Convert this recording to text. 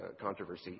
controversy